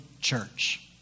church